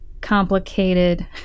complicated